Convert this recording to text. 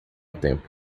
tempo